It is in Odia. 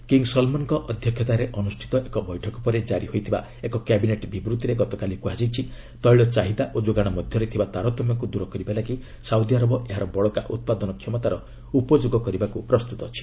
କିଙ୍ଗ୍ ସଲ୍ମନ୍ଙ୍କ ଅଧ୍ୟକ୍ଷତାରେ ଅନୁଷ୍ଠିତ ଏକ ବୈଠକ ପରେ ଜାରି ହୋଇଥିବା ଏକ କ୍ୟାବିନେଟ୍ ବିବୃତିରେ ଗତକାଲି କୁହାଯାଇଛି ତୈଳ ଚାହିଦା ଓ ଯୋଗାଣ ମଧ୍ୟରେ ଥିବା ତାରତମ୍ୟକୁ ଦୂର କରିବା ଲାଗି ସାଉଦି ଆରବ ଏହାର ବଳକା ଉତ୍ପାଦନ କ୍ଷମତାର ଉପଯୋଗ କରିବାକୁ ପ୍ରସ୍ତୁତ ଅଛି